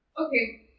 Okay